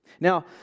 Now